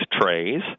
trays